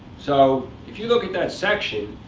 so if you look at that section,